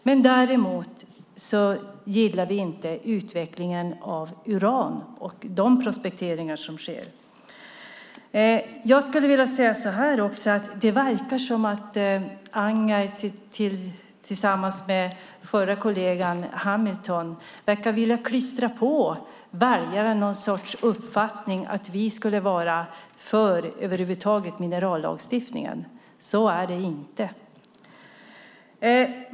Däremot gillar vi inte utvecklingen av uran och dessa prospekteringar. Jag skulle vilja säga att det verkar som om Anger tillsammans med förre kollegan Hamilton vill klistra på väljarna någon sorts uppfattning att vi över huvud taget inte skulle vara för minerallagstiftning. Så är det inte.